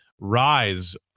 rise